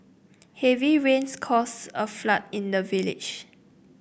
heavy rains caused a flood in the village